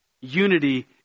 Unity